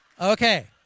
Okay